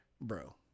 bro